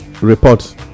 Report